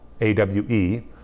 A-W-E